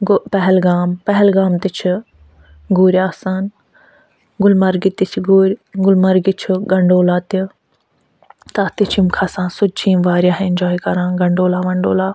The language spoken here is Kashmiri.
گوٚو پہلگام پہلگام تہِ چھِ گُرۍ آسان گُلمرگہِ تہِ چھِ گُرۍ گُلمرگہِ چھِ گَنڈولا تہِ تَتھ تہِ چھِ یِم کھسان سُہ تہِ چھِ یِم واریاہ اٮ۪نجاے کران گنڈولا ونڈولا